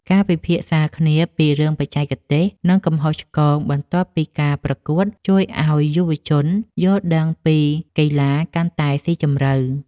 ការពិភាក្សាគ្នាពីរឿងបច្ចេកទេស និងកំហុសឆ្គងបន្ទាប់ពីការប្រកួត ជួយឱ្យយុវជនយល់ដឹងពីកីឡាកាន់តែស៊ីជម្រៅ។